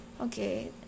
okay